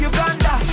Uganda